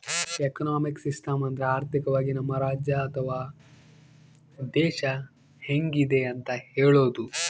economic system ಅಂದ್ರ ಆರ್ಥಿಕವಾಗಿ ನಮ್ ರಾಜ್ಯ ಅಥವಾ ದೇಶ ಹೆಂಗಿದೆ ಅಂತ ಹೇಳೋದು